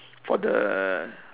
for the